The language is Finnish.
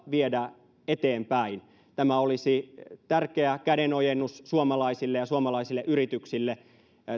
viedä eteenpäin tämä olisi tärkeä kädenojennus suomalaisille ja suomalaisille yrityksille